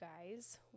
guys